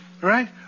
Right